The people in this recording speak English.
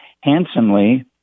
handsomely